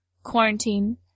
Quarantine